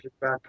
back